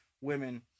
women